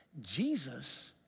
Jesus